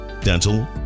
dental